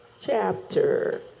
chapter